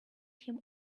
him